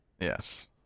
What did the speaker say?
Yes